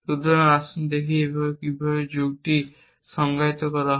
সুতরাং আমরা দেখি কিভাবে যুগকে সংজ্ঞায়িত করা হয়